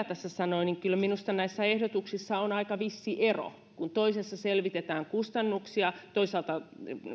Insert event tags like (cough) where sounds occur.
(unintelligible) tässä sanoi kyllä minusta näissä ehdotuksissa on aika vissi ero kun toisessa selvitetään kustannuksia toisaalta